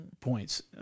points